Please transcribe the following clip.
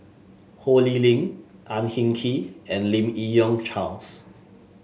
Ho Lee Ling Ang Hin Kee and Lim Yi Yong Charles